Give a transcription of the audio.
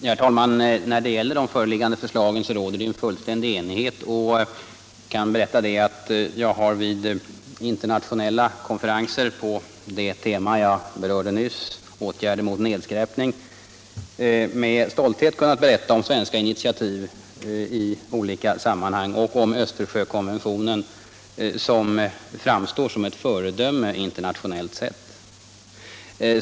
Herr talman! När det gäller de föreliggande förslagen råder fullständig enighet. Jag kan tala om att jag vid internationella konferenser på det tema jag nyss berörde — åtgärder mot nedskräpning — med stolthet kunnat berätta om svenska initiativ på området och om Östersjökonventionen, som framstår som ett föredöme internationellt sett.